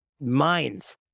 minds